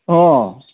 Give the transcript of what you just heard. অঁ